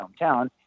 hometown